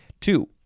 Two